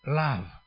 love